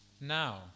Now